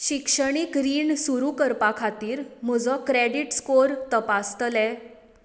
शिक्षणीक रीण सुरू करपा खातीर म्हजो क्रेडीट स्कोअर तपासतले